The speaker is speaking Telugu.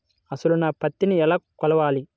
అసలు నా పత్తిని ఎలా కొలవాలి?